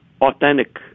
authentic